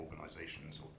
organisations